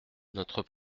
notre